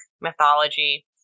mythology